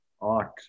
art